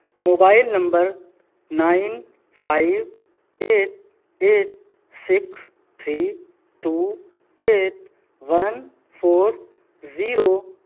mobile number nine five eight eight six three two eight one four zero